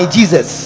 Jesus